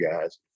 guys